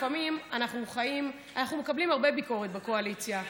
לפעמים אנחנו מקבלים הרבה ביקורת בקואליציה.